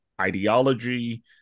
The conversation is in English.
ideology